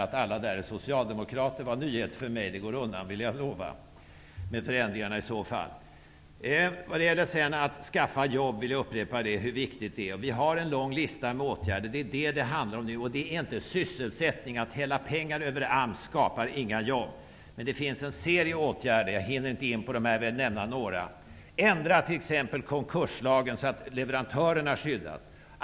Att alla där är socialdemokrater var en nyhet för mig. Det går undan, vill jag lova, med förändringarna i så fall. Jag vill upprepa hur viktigt vi tycker att det är att skapa jobb. Vi har en lång lista med åtgärder som skall vidtas. Det ger inte sysselsättning att hälla pengar över AMS. Det skapar inga jobb. Men det finns en serie åtgärder att vidta. Jag hinner inte gå in på alla, men jag kan nämna några. Ändra t.ex. konkurslagen så att leverantörerna skyddas.